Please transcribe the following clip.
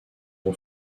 bon